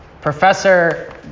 Professor